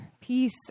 peace